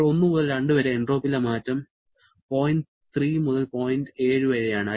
ഇപ്പോൾ 1 മുതൽ 2 വരെ എൻട്രോപ്പിയിലെ മാറ്റം പോയിന്റ് 3 മുതൽ പോയിന്റ് 7 വരെയാണ്